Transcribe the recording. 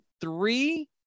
three